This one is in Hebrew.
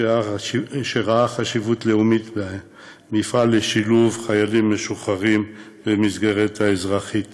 שראה חשיבות לאומית במפעל לשילוב חיילים משוחררים במסגרת האזרחית